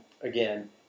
again